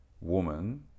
woman